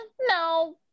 No